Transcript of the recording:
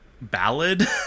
ballad